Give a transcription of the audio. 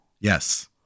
Yes